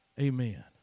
amen